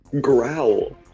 Growl